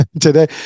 today